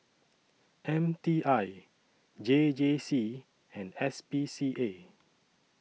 M T I J J C and S P C A